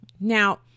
Now